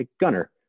Gunner